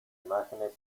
imágenes